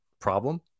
problem